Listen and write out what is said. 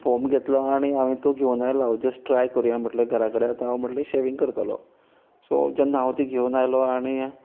foam घेतलो आनी हांवें तो घेवून आयलो हांव जस्ट ट्राय करया म्हटलें घरा कडेन आतां हांव शेविंग करतलो सो जेन्ना हांव ती घेवन आयलों आनी